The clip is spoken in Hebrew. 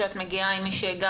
שאת מגיעה עם מי שהגעת,